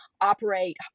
operate